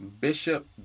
Bishop